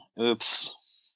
Oops